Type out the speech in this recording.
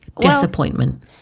Disappointment